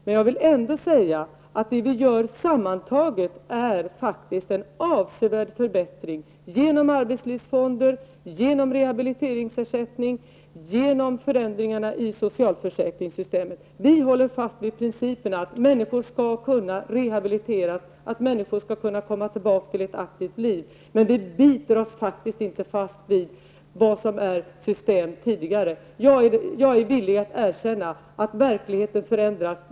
Men jag vill ändå säga att det vi gör sammantaget är en avsevärd förbättring -- genom arbetslivsfonder, genom rehabiliteringsersättning och genom förändringarna i socialförsäkringssystemet. Vi håller fast vid principen att människor skall kunna rehabiliteras, att människor skall kunna komma tillbaka till ett aktivt liv. Men vi biter oss faktiskt inte fast vid vad som varit system tidigare. Jag är villig att erkänna att verkligheten förändras.